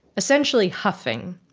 essentially huffing.